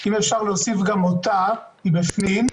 אם אפשר להוסיף גם אותה, היא בפנים.